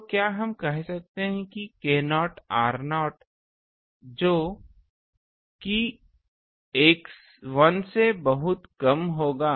तो क्या हम कह सकते हैं कि k0 r0 जो कि 1 से बहुत कम होगा